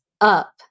up